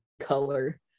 color